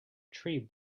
tree